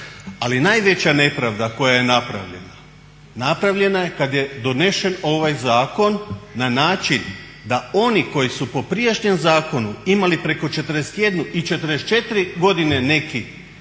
Ali najveća nepravda koja je napravljena, napravljena je kad je donesen ovaj zakona na način da oni koji su po prijašnjem zakonu imali preko 41 i 44 godine neki mirovinu